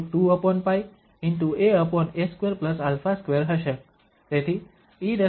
તે √2π ✕ aa2α2 હશે